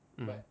mm